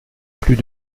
plus